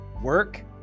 work